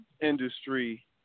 industry